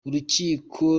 urukiko